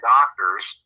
Doctors